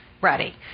ready